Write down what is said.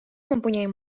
mempunyai